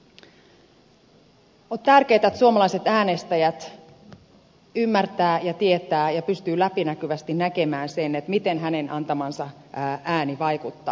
on tärkeätä että suomalainen äänestäjä ymmärtää ja tietää ja pystyy läpinäkyvästi näkemään sen miten hänen antamansa ääni vaikuttaa